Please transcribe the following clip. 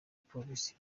polisi